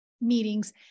meetings